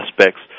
aspects